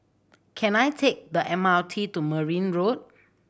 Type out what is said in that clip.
can I take the M R T to Merryn Road